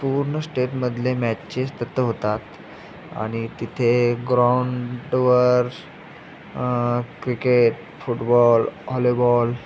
पूर्ण स्टेटमधले मॅचेस तिथं होतात आणि तिथे ग्राउंडवर क्रिकेट फुटबॉल हॉलीबॉल